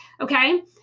okay